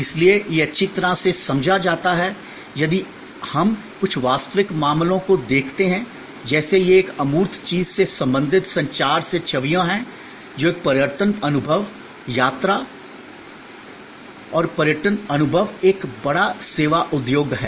इसलिए यह अच्छी तरह से समझा जाता है यदि हम कुछ वास्तविक मामलों को देखते हैं जैसे ये एक अमूर्त चीज से संबंधित संचार से छवियां हैं जो एक पर्यटन अनुभव यात्रा और पर्यटन अनुभव एक बड़ा सेवा उद्योग है